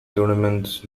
tournaments